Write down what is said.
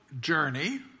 journey